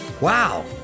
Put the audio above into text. Wow